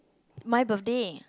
my birthday